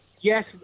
Yes